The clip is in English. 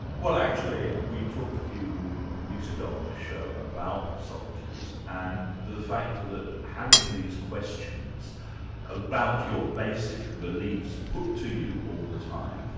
well actually we talked a few weeks ago on this show about socrates and the fact that having these questions about your basic beliefs put to you all the time,